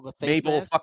Mabel